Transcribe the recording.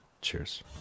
Cheers